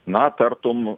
na tartum